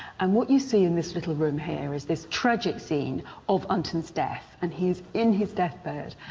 and what you see in this little room here is this tragic scene of unton's death, and he's in his deathbed.